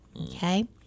okay